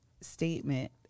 statement